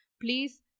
please